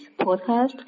podcast